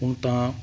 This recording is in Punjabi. ਹੁਣ ਤਾਂ